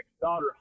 daughter